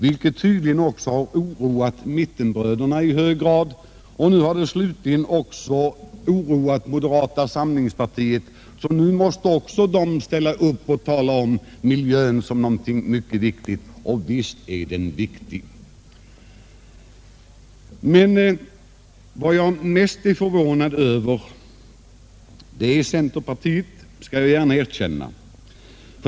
Detta har tydligen oroat mittenbröderna i hög grad, och nu har slutligen också representanterna för moderata samlingspartiet oroats, så att också de måste ställa upp och tala om miljön som någonting mycket viktigt — och visst är den viktig! Jag är emellertid mest förvånad över centerpartiets inställning — det skall jag gärna erkänna.